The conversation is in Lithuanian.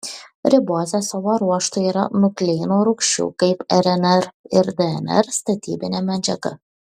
ribozė savo ruožtu yra nukleino rūgščių kaip rnr ir dnr statybinė medžiaga